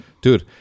Dude